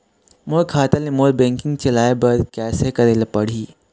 मोर खाता ले मोर बैंकिंग चलाए बर कइसे करेला पढ़ही?